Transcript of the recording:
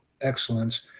excellence